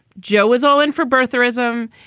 joe is all in for birtherism.